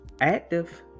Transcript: active